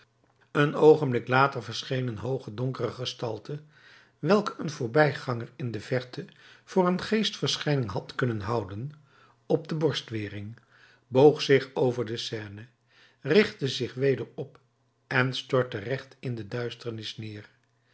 een oogenblik later verscheen een hooge donkere gestalte welke een voorbijganger in de verte voor een geestverschijning had kunnen houden op de borstwering boog zich over de seine richtte zich weder op en stortte recht in de duisternis neer